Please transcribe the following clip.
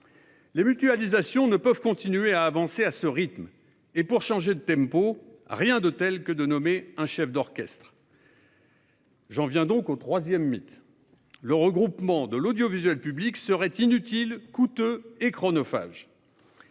Les mutualisations ne peuvent continuer à avancer à ce rythme. Or, pour changer de tempo, rien de tel que de nommer un chef d'orchestre. J'en viens donc au troisième mythe : le regroupement de l'audiovisuel public serait inutile, coûteux et chronophage.